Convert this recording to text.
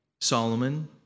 Solomon